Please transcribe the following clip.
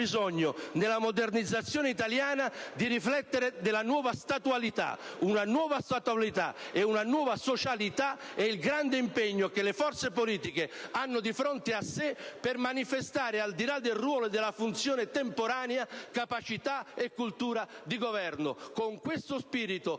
realtà, nella modernizzazione italiana, abbiamo bisogno di riflettere sulla nuova statualità. Una nuova statualità e una nuova socialità rappresentano il grande impegno che le forze politiche hanno di fronte per manifestare, al di là del ruolo e della funzione temporanea, capacità e cultura di governo. Con questo spirito